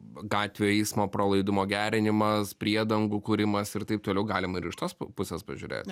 gatvėj eismo pralaidumo gerinimas priedangų kūrimas ir taip toliau galima ir iš tos pusės pažiūrėti